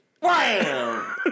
Wow